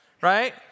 right